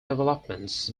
developments